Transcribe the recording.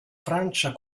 francia